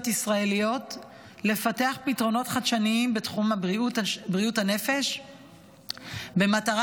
ישראליות לפתח פתרונות חדשניים בתחום בריאות הנפש במטרה